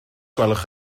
gwelwch